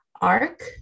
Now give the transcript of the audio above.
arc